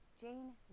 Jane